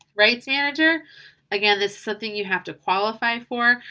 rights manager again, this something you have to qualify for.